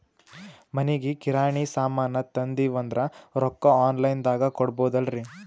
ಮನಿಗಿ ಕಿರಾಣಿ ಸಾಮಾನ ತಂದಿವಂದ್ರ ರೊಕ್ಕ ಆನ್ ಲೈನ್ ದಾಗ ಕೊಡ್ಬೋದಲ್ರಿ?